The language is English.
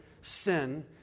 sin